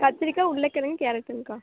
கத்திரிக்காய் உருளக்கிழங்கு கேரட்டுங்கக்கா